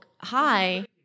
hi